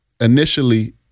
initially